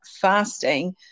fasting